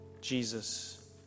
Jesus